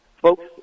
Folks